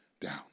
down